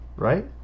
right